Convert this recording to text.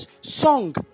song